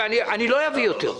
אני לא אביא יותר.